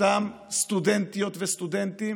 אותם סטודנטיות וסטודנטים